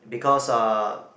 because uh